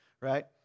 right